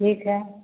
ठीक है